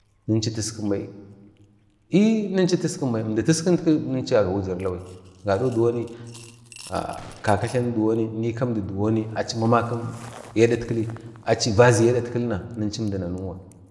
﻿ninchu tiskin bai ni ninchu tiskinbai, tiskinit ku ninchaga wujirili bai gado diwoni kaka tlanu diwoni nikandi diwoni achi mamakam yedatkili achi vazi yedatkili na ninchu əmdi nanuwa.